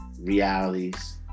realities